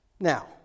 Now